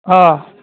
অঁহ